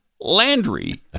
Landry